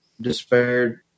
despaired